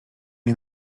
nie